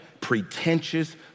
pretentious